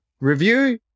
review